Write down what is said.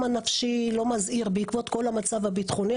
הנפשי לא מזהיר בעקבות כל המצב הביטחוני.